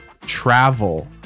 travel